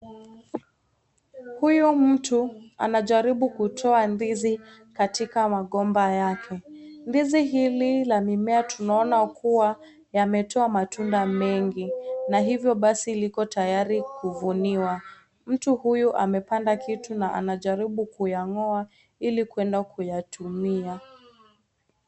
Huyu mtu anajaribu kutoa ndizi katika magomba yake. Ndizi hili la mimea tunaona kuwa yametoa matunda mengi na hivyo basi liko tayari kuvuniwa. Mtu huyu amepanda kitu na anajaribu kuyangoa ili kuenda kuyatumia.